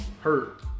hurt